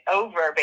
over